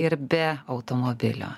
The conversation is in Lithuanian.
ir be automobilio